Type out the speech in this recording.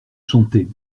chanter